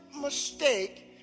mistake